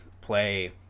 play